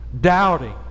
doubting